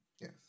Yes